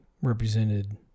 represented